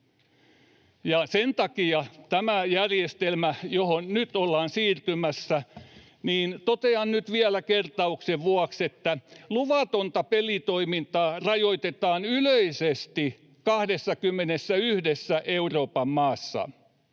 Sen takia tämä järjestelmä, johon nyt ollaan siirtymässä... Totean nyt vielä kertauksen vuoksi: Luvatonta pelitoimintaa rajoitetaan yleisesti 21:ssä Euroopan maassa.